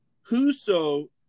Whoso